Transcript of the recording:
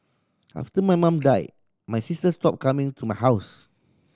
after my mum died my sister stopped coming to my house